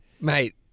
Mate